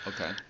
Okay